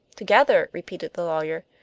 together! repeated the lawyer.